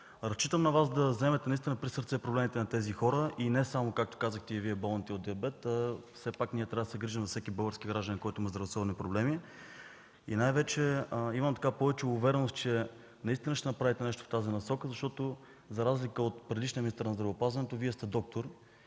Разчитам на Вас да вземете наистина присърце проблемите на тези хора, не само за болните от диабет, все пак ние трябва да се грижим за всеки български гражданин, който има здравословни проблеми. Най-вече имам повече увереност, че наистина ще направите нещо в тази насока, защото за разлика от предишния министър на здравеопазването, Вие сте доктор